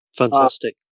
fantastic